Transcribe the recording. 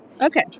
Okay